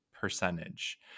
percentage